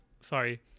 Sorry